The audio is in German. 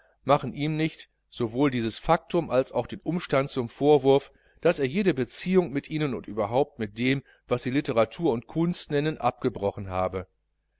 machen ihm nicht sowohl dieses faktum als den umstand zum vorwurf daß er jede beziehung mit ihnen und überhaupt mit dem was sie literatur und kunst nennen abgebrochen habe